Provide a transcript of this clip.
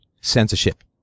censorship